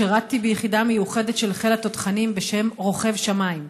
שירתי ביחידה מיוחדת של חיל התותחנים בשם רוכב שמיים.